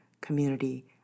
community